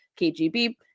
KGB